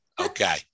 Okay